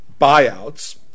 buyouts